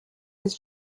his